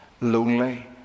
lonely